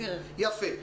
יפה.